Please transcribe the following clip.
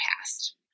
past